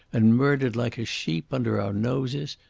and murdered like a sheep under our noses.